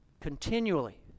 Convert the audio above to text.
continually